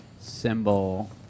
symbol